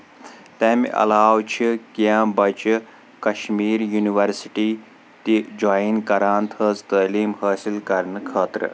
تَمہِ علاوٕ چھِ کیٚنٛہہ بَچہِ کشمیر یونیورسٹی تہِ جویِن کران تھٔز تعلیٖم حٲصِل کرنہٕ خٲطرٕ